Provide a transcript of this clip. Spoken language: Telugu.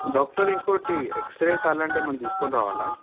డాక్టర్ ఇంకోకటి ఎక్స్రేస్ అలాంటివి ఏమన్న తీసుకుని రావాలా